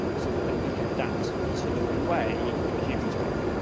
so then he can adapt to the way that the humans work.